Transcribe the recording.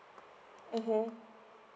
mmhmm